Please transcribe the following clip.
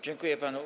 Dziękuję panu.